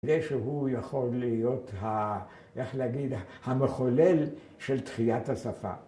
איך שהוא יכול להיות, איך להגיד, ‫המחולל של תחיית השפה.